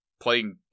playing